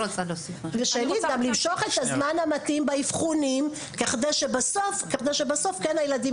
למשוך את הזמן המתאים באבחונים כדי שבסוף הילדים